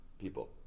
people